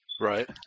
right